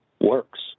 works